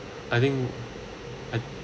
I think I